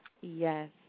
Yes